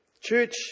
Church